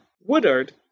Woodard